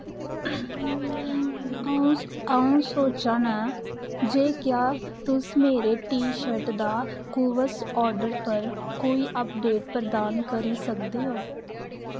अ'ऊं सोचा ना जे क्या तुस मेरे टी शर्ट दा कूव्स ऑर्डर पर कोई अपडेट प्रदान करी सकदे ओ